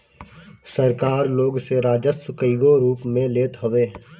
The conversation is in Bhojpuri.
सरकार लोग से राजस्व कईगो रूप में लेत हवे